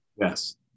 yes